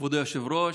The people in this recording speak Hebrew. כבוד היושב-ראש,